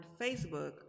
Facebook